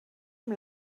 amb